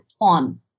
on